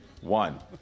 one